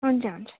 हुन्छ हुन्छ